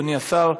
אדוני השר,